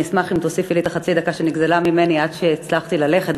ואני אשמח אם תוסיפי לי את חצי הדקה שנגזלה ממני עד שהצלחתי ללכת,